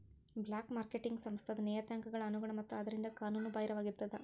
black marketing ಸಂಸ್ಥಾದ್ ನಿಯತಾಂಕಗಳ ಅನುಗುಣ ಮತ್ತ ಆದ್ದರಿಂದ ಕಾನೂನು ಬಾಹಿರವಾಗಿರ್ತದ